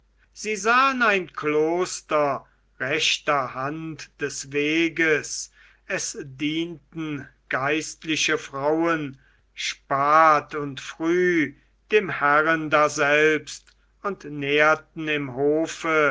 sie sahen ein kloster rechter hand des weges es dienten geistliche frauen spat und früh dem herren daselbst und nährten im hofe